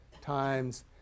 times